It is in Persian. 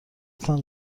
تان